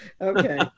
Okay